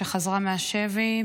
שחזרה מהשבי,